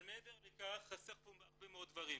אבל מעבר לכך חסרים פה הרבה דברים.